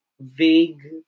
vague